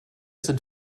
sind